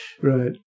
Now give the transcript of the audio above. Right